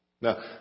Now